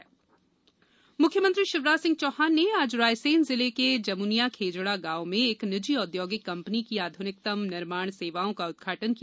निर्माण सेवाएं उदघाटन मुख्यमंत्री शिवराज सिंह चौहान ने आज रायसेन जिले के जमुनिया खेजड़ा गांव में एक निजी औद्योगिक कंपनी की आधुनिकतम निर्माण सेवाओं का उदघाटन किया